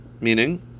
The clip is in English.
Meaning